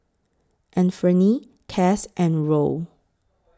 Anfernee Cass and Roe